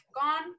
gone